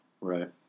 Right